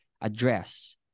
address